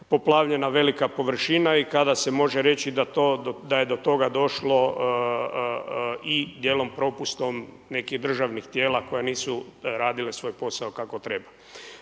poplavljena velika površina i kada se može reći da je do toga došlo i dijelom propustom nekih državnih tijela koja nisu radila svoj posao kako treba.